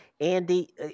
Andy